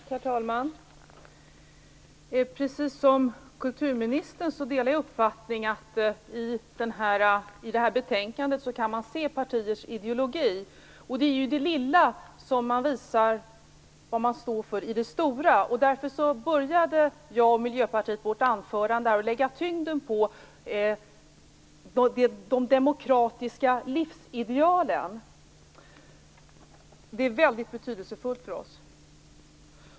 Herr talman! Precis som kulturministern delar jag uppfattningen att man i det här betänkandet kan se partiers ideologi. Det är ju i det lilla som man visar vad man står för i det stora, och därför började jag mitt anförande för Miljöpartiet med att lägga tyngden på de demokratiska livsidealen. De är väldigt betydelsefulla för oss.